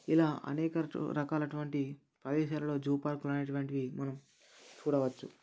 ఇలా అనేక రకాలైనటువంటి ప్రదేశాలలో జూపార్క్లు అనేటటువంటి మనం చూడవచ్చు